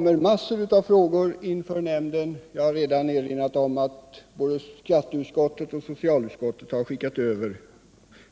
Till nämnden kommer också massor av frågor. Jag har redan nämnt att både skatteutskottet och socialutskottet har skickat över